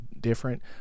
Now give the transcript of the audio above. different